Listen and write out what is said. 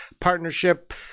partnership